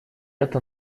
это